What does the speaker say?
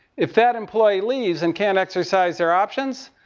if that employee leaves and can't exercise their options.